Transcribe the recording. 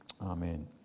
Amen